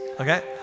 okay